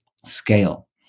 scale